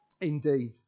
Indeed